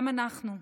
גם אנחנו,